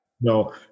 No